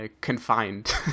confined